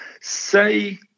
say